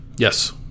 Yes